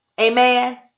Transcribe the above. Amen